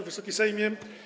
Wysoki Sejmie!